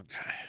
Okay